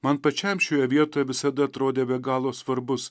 man pačiam šioje vietoj visada atrodė be galo svarbus